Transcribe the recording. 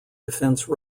defence